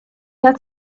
had